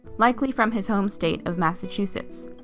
likely from his home state of massachusetts.